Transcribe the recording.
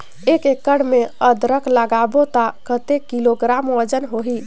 एक एकड़ मे अदरक लगाबो त कतेक किलोग्राम वजन होही?